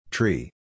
Tree